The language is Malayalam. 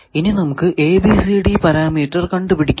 ഇനി നമുക്ക് ABCD പാരാമീറ്റർ കണ്ടു പിടിക്കാം